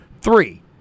Three